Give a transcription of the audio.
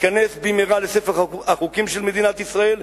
ייכנס במהרה לספר החוקים של מדינת ישראל,